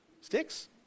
Sticks